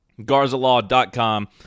Garzalaw.com